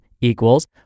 equals